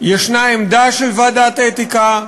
יש עמדה של ועדת האתיקה,